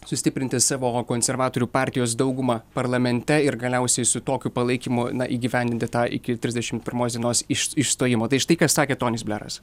sustiprinti savo konservatorių partijos daugumą parlamente ir galiausiai su tokiu palaikymu na įgyvendinti tą iki trisdešimt pirmos dienos iš išstojimo tai štai ką sakė tonis bleras